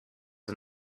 and